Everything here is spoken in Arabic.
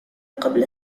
قبل